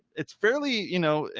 it's fairly, you know,